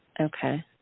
Okay